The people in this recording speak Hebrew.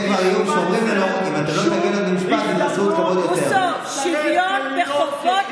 לא החמצתם שום הזדמנות להצטרף ולהיות חלק ממדינת ישראל.